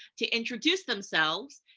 to introduce themselves,